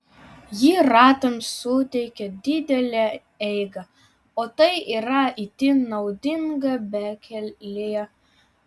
ji ratams suteikia didelę eigą o tai yra itin naudinga bekelėje